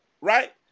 right